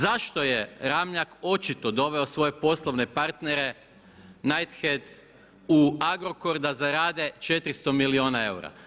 Zašto je Ramljak očito doveo svoje poslovne partnere Night head u Agrokor da zarade 400 milijuna eura?